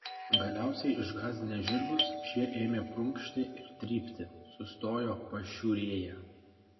galiausiai išgąsdinęs žirgus šie ėmė prunkšti ir trypti sustojo pašiūrėje